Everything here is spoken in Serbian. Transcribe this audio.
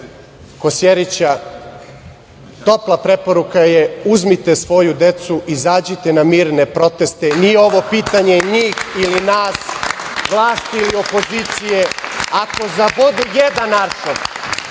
Kosjerića, topla preporuka je – uzmite svoju decu, izađite na mirne proteste, nije ovo pitanje njih ili nas, vlasti ili opozicije, ako zabodu jedan ašov